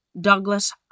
Douglas